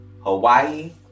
Hawaii